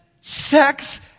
sex